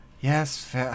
Yes